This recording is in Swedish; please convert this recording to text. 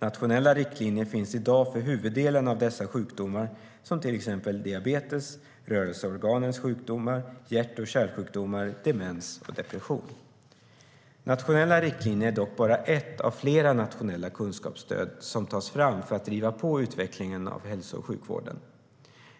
Nationella riktlinjer finns i dag för huvuddelen av dessa sjukdomar, till exempel diabetes, rörelseorganens sjukdomar, hjärt och kärlsjukdomar, demens och depression. Nationella riktlinjer är dock bara ett av flera nationella kunskapsstöd som tas fram för att driva på utvecklingen av hälso och sjukvården.